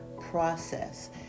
process